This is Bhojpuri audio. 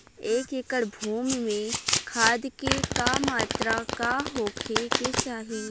एक एकड़ भूमि में खाद के का मात्रा का होखे के चाही?